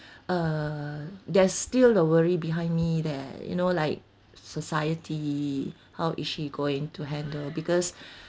uh there's still the worry behind me there you know like society how is she going to handle because